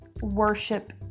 worship